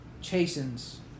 chastens